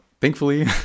Thankfully